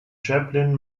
chaplin